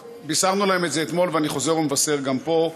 בישרנו להם את זה אתמול ואני חוזר ומבשר גם פה,